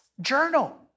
journal